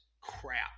crap